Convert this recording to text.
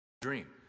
dream